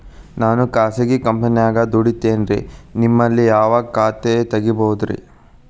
ನಾನು ಖಾಸಗಿ ಕಂಪನ್ಯಾಗ ದುಡಿತೇನ್ರಿ, ನಿಮ್ಮಲ್ಲಿ ಯಾವ ಖಾತೆ ತೆಗಿಬಹುದ್ರಿ?